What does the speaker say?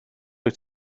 wyt